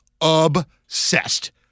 obsessed